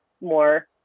more